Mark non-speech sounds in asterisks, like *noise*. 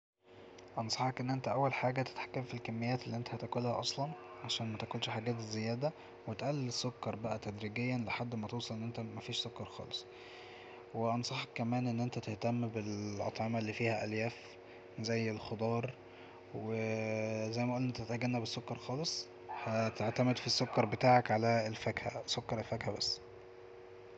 أنصحك أن انت أول حاجة تتحكم في الكميات اللي انت هتاكلها اصلا عشان متاكلش حاجات زيادة وتقلل السكر بقا تدريجيا لحد ما توصل أن انت مفيش سكر خالص وأنصحك كمان أن انت تهتم بالأطعمة اللي فيها ألياف زي الخضار *hesitation* زي ما قولنا تتجنب السكر خالص هتعتمد في السكر بتاعك على الفاكهة سكر الفاكهة بس